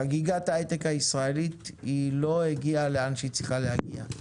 חגיגת ההיי-טק הישראלית היא לא הגיעה לאן שהיא צריכה להגיע.